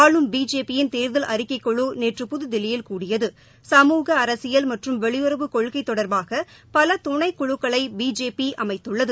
ஆளும் பிஜேபியின் தேர்தல் அறிக்கைக்குழு நேற்று புதுதில்லியில் கூடியது சமூக அரசியல் மற்றும் வெளியுறவு கொள்கை தொடர்பாக பல துணைக்குழுக்களை பிஜேபி அமைத்துள்ளது